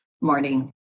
morning